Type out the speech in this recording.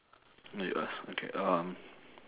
no you ask okay um